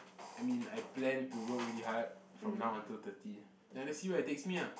I mean like I plan to work really hard from now until thirty then see where it takes me lah